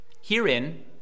Herein